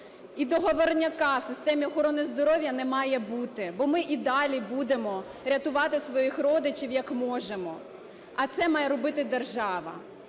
і договорняка в системі охорони здоров'я не має бути, бо ми і далі будемо рятувати своїх родичів, як можемо, а це має робити держава.